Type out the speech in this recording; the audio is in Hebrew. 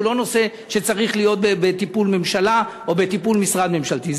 הוא לא נושא שצריך להיות בטיפול ממשלה או בטיפול משרד ממשלתי,